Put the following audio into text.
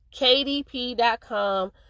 kdp.com